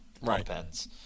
Right